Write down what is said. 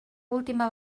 última